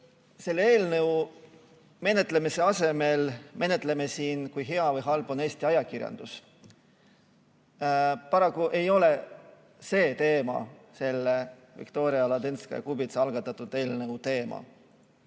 selle eelnõu menetlemise asemel menetleme siin seda, kui hea või halb on Eesti ajakirjandus. Paraku ei ole see Viktoria Ladõnskaja-Kubitsa algatatud eelnõu teema.